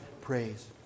praise